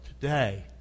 today